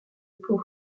pau